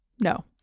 No